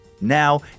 Now